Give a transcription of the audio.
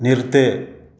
நிறுத்து